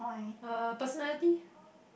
uh personality